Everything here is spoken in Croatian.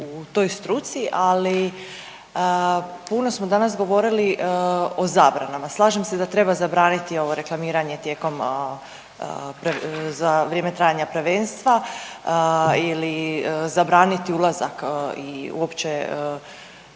u toj struci, ali puno smo danas govorili o zabranama. Slažem se da treba zabraniti ovo reklamiranje tijekom, za vrijeme trajanja prvenstva ili zabraniti ulazak i uopće